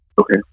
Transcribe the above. Okay